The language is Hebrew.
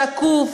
שקוף,